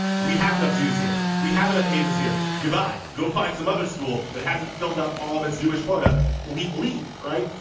we have enough jews here. we have enough asians here. goodbye. go find some other school that hasn't filled up all of its jewish quota leave leave right.